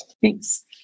Thanks